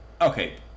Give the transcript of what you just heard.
okay